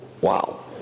Wow